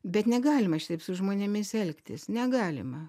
bet negalima šitaip su žmonėmis elgtis negalima